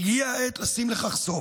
הגיעה העת לעשות לכך סוף.